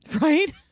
Right